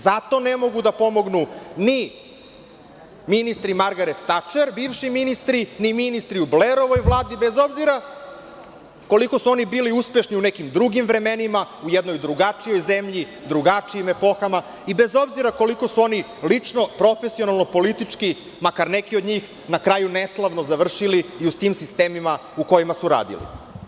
Zato ne mogu da pomognu ni ministri Margaret Tačer, ni ministri u Blerovoj Vladi, bez obzira koliko su oni bili uspešni u nekim drugim vremenima, u jednoj drugačijoj zemlji, u drugačijim epohama i bez obzira koliko su oni lično, profesionalno, politički makar neki od njih, na kraju neslavno završili i u tim sistemima u kojima su radili.